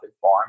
farm